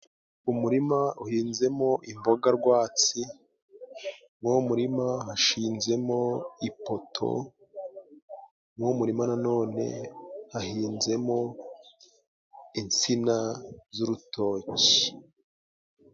Umurima uhinzemo imboga rwatsi, mw'uwo murima hashinze mo ipoto, mw'uwo murima nanone hahinze mo insina z'urutoki.